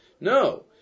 No